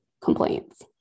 complaints